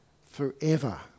forever